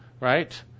Right